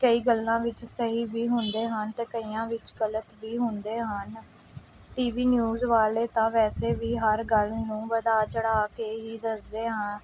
ਕਈ ਗੱਲਾਂ ਵਿੱਚ ਸਹੀ ਵੀ ਹੁੰਦੇ ਹਨ ਅਤੇ ਕਈਆਂ ਵਿੱਚ ਗਲਤ ਵੀ ਹੁੰਦੇ ਹਨ ਟੀਵੀ ਨਿਊਜ ਵਾਲੇ ਤਾਂ ਵੈਸੇ ਵੀ ਹਰ ਗੱਲ ਨੂੰ ਵਧਾਅ ਚੜ੍ਹਾਅ ਕੇ ਹੀ ਦੱਸਦੇ ਹਾਂ